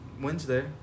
Wednesday